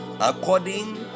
according